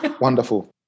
wonderful